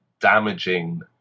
damaging